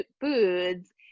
foods